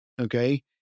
Okay